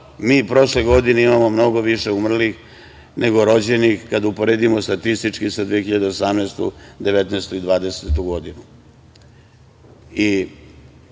mi prošle godine imamo mnogo više umrlih, nego rođenih kada uporedimo statistički sa 2017, 2016. i 2015. godinu,